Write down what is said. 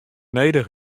nedich